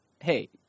hey